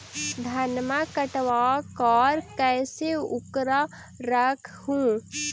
धनमा कटबाकार कैसे उकरा रख हू?